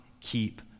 keep